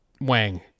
Wang